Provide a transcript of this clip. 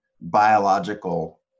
biological